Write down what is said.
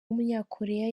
w’umunyakoreya